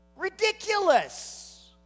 ridiculous